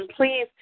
please